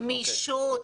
גמישות,